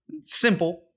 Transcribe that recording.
simple